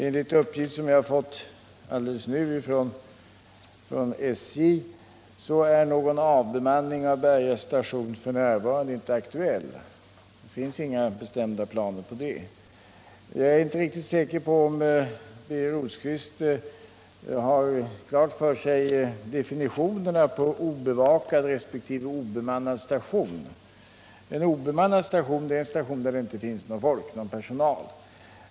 Enligt uppgift som jag fick alldeles nyss från SJ är någon avbemanning av Berga station f. n. inte aktuell. Det finns alltså inga bestämda planer på det. Jag är inte säker på om Birger Rosqvist har klart för sig definitionerna på obemannad resp. obevakad station. En obemannad station är en station där det inte finns någon personal.